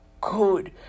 good